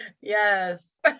Yes